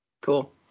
Cool